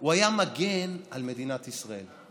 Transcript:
הוא היה מגן על מדינת ישראל.